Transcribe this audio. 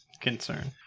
concern